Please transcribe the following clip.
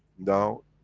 now,